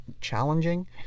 challenging